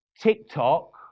TikTok